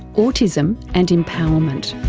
autism and empowerment.